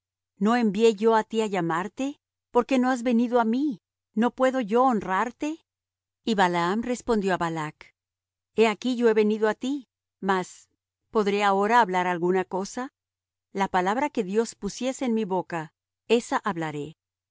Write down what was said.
no envié yo á ti á llamarte por qué no has venido á mí no puedo yo honrarte y balaam respondió á balac he aquí yo he venido á ti mas podré ahora hablar alguna cosa la palabra que dios pusiere en mi boca esa hablaré